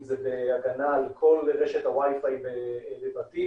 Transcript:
אם זה הגנה על כל רשת הוויי-פיי בבתים,